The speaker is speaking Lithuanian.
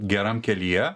geram kelyje